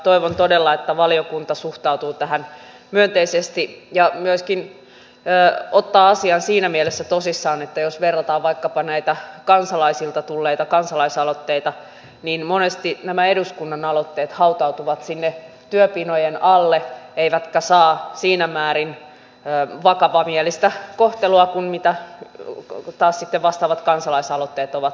toivon todella että valiokunta suhtautuu tähän myönteisesti ja myöskin ottaa asian siinä mielessä tosissaan että jos verrataan vaikkapa näitä kansalaisilta tulleita kansalaisaloitteita niin monesti nämä eduskunnan aloitteet hautautuvat sinne työpinojen alle eivätkä saa siinä määrin vakavamielistä kohtelua kuin taas sitten vastaavat kansalaisaloitteet ovat saaneet